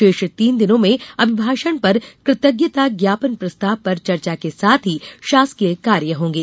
शेष तीन दिनों में अभिभाषण पर कृतज्ञता ज्ञापन प्रस्ताव पर चर्चा के साथ ही शासकीय कार्य होंगे